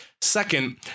Second